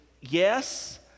yes